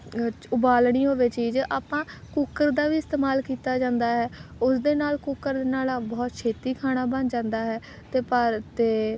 ਉਬਾਲਣੀ ਹੋਵੇ ਚੀਜ਼ ਆਪਾਂ ਕੁੱਕਰ ਦਾ ਵੀ ਇਸਤੇਮਾਲ ਕੀਤਾ ਜਾਂਦਾ ਹੈ ਉਸ ਦੇ ਨਾਲ ਕੁੱਕਰ ਨਾਲ ਬਹੁਤ ਛੇਤੀ ਖਾਣਾ ਬਣ ਜਾਂਦਾ ਹੈ ਅਤੇ ਭਾਰਤ ਦੇ